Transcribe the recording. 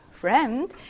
friend